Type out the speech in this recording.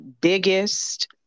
biggest